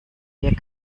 wir